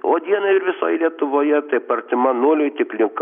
o dieną ir visoj lietuvoje taip artima nuliui tik link